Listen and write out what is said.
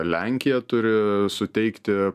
lenkija turi suteikti